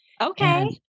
Okay